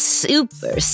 super